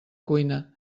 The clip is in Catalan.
cuina